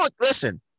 listen